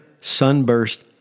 Sunburst